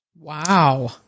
Wow